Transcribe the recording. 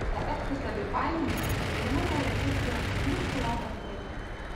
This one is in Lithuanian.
es vis labiau baiminasi kad galima jav recesija užgniauš europos plėtrą